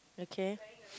okay